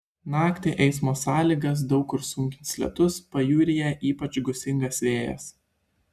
naktį eismo sąlygas daug kur sunkins lietus pajūryje ypač gūsingas vėjas